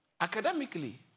Academically